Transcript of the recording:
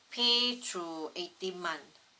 pay through eighteen month